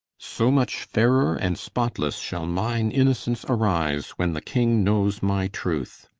so much fairer and spotlesse, shall mine innocence arise, when the king knowes my truth